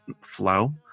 flow